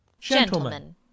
gentlemen